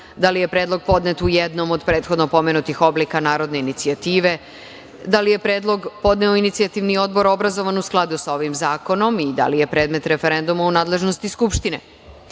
da li je predlog podnet u jednom od prethodno pomenutih oblika narodne inicijative, da li je predlog podneo inicijativni odbor obrazovan u skladu sa ovim zakonom i da li je predmet referenduma u nadležnosti Skupštine. Ukoliko